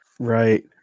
Right